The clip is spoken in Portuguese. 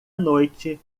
noite